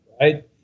Right